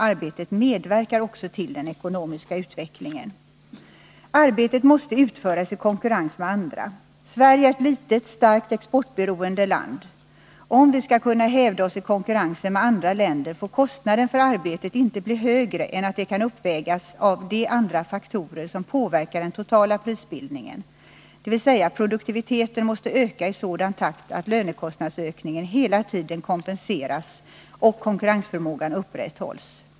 Arbetet medverkar också till den ekonomiska utvecklingen. Arbetet måste utföras i konkurrens med andra länder. Sverige är ett litet, starkt exportberoende land. Om vi skall kunna hävda oss i konkurrensen med andra länder, får kostnaden för arbetet inte bli högre än att den kan uppvägas av de andra faktorer som påverkar den totala prisbildningen, dvs. produktiviteten måste öka i en sådan takt att lönekostnadsökningen hela tiden kompenseras och konkurrensförmågan upprätthålls.